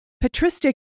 Patristic